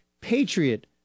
Patriot